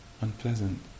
unpleasant